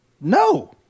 No